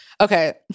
Okay